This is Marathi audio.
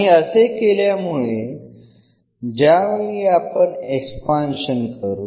आणि असे केल्यामुळे ज्यावेळी आपण एक्सपान्शन करू